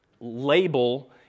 label